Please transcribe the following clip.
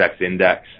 index